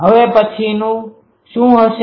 હવે પછીનું શું હશે